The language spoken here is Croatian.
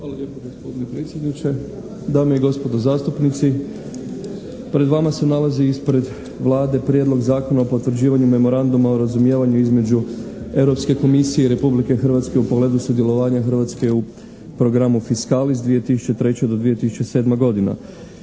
Hvala lijepa gospodine predsjedniče. Dame i gospodo zastupnici. Pred vama se nalazi ispred Vlade Prijedlog Zakona o potvrđivanju Memoranduma o razumijevanju između Europske komisije i Republike Hrvatske u pogledu sudjelovanja Hrvatske u programu Fiscalis 2003.-2007. godina.